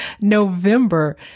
November